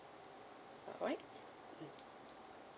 alright